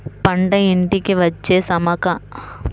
పంట ఇంటికి వచ్చే సమయానికి కొన్ని పండుగలను జరుపుకుంటారు